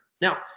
Now